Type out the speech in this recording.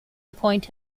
appoint